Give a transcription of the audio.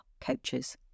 coaches